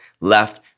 left